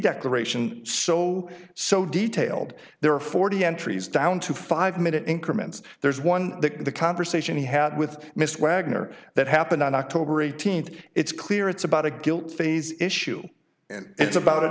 declaration so so detailed there are forty entries down to five minute increments there's one that the conversation he had with mr wagner that happened on october eighteenth it's clear it's about a guilt phase issue and it's about an